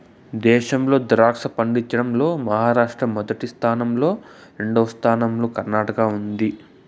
దేశంలో ద్రాక్ష పండించడం లో మహారాష్ట్ర మొదటి స్థానం లో, రెండవ స్థానం లో కర్ణాటక ఉంది